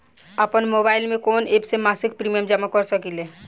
आपनमोबाइल में कवन एप से मासिक प्रिमियम जमा कर सकिले?